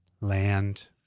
Land